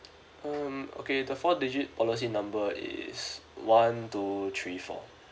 um okay the four digit policy number is one two three four